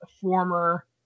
former